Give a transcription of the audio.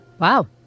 wow